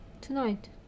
tonight